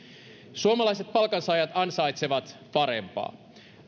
suomalaiset palkansaajat ansaitsevat parempaa